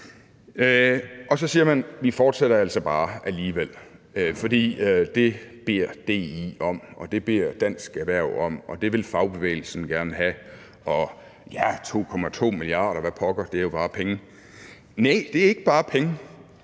og så bliver der sagt: Vi fortsætter altså bare alligevel, for det beder DI om, og det beder Dansk Erhverv om, og det vil fagbevægelsen gerne have, og ja, det er 2,2 mia. kr. Hvad pokker, det er jo bare penge. Næh, det er ikke bare penge,